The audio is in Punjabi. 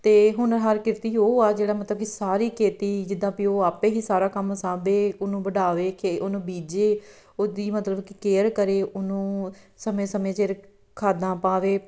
ਅਤੇ ਹੋਣਹਾਰ ਕਿਰਤੀ ਉਹ ਆ ਜਿਹੜਾ ਮਤਲਬ ਕਿ ਸਾਰੀ ਖੇਤੀ ਜਿੱਦਾਂ ਵੀ ਉਹ ਆਪੇ ਹੀ ਸਾਰਾ ਕੰਮ ਸਾਂਭੇ ਉਹਨੂੰ ਵਡਾਵੇਂ ਖੇ ਉਹਨੂੰ ਬੀਜੇ ਉਹਦੀ ਮਤਲਬ ਕਿ ਕੇਅਰ ਕਰੇ ਉਹਨੂੰ ਸਮੇਂ ਸਮੇਂ ਸਿਰ ਖਾਦਾਂ ਪਾਵੇ